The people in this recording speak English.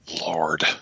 Lord